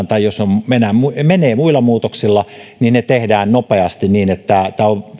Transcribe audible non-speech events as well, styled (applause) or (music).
(unintelligible) tai jos se menee muilla muutoksilla niin ne tehdään nopeasti niin että